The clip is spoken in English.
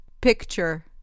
Picture